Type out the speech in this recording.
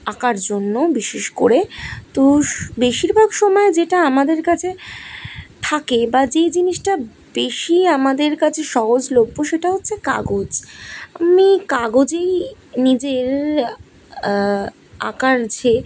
আঁকার জন্য বিশেষ করে তো বেশিরভাগ সময় যেটা আমাদের কাছে থাকে বা যেই জিনিসটা বেশি আমাদের কাছে সহজলভ্য সেটা হচ্ছে কাগজ আমি কাগজেই নিজের আঁকার যে